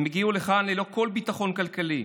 הם הגיעו לכאן ללא כל ביטחון כלכלי,